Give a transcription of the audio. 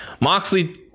Moxley